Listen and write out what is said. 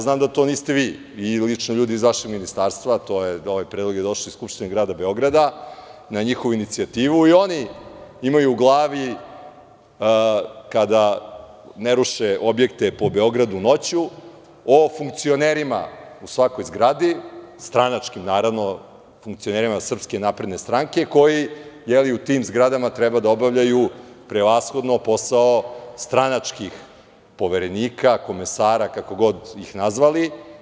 Znam da to niste vi i lično ljudi iz vašeg ministarstva, a ovaj predlog je došao iz Skupštine grada Beograda, na njihovu inicijativu, i oni imaju u glavi kada ne ruše objekte po Beogradu noću, o funkcionerima u svakoj zgradi, stranačkim, naravno, funkcionerima SNS, koji u tim zgradama treba da obavljaju prevashodno posao stranačkih poverenika, komesara, kako god ih nazvali.